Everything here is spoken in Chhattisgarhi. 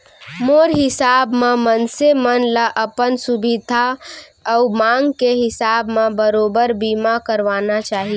मोर हिसाब म मनसे मन ल अपन सुभीता अउ मांग के हिसाब म बरोबर बीमा करवाना चाही